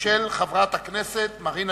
של חברת הכנסת מרינה